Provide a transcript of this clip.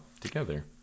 together